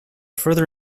further